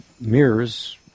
mirrors